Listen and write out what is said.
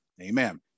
Amen